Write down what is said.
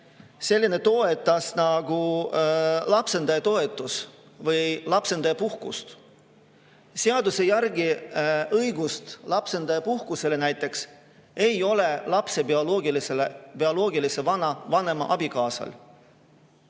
selline toetus nagu lapsendaja toetus, samuti lapsendaja puhkus. Seaduse järgi õigust lapsendaja puhkusele ei ole lapse bioloogilise vanema abikaasal.